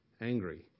angry